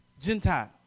Gentiles